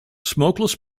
smokeless